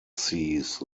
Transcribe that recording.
seas